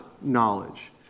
knowledge